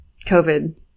covid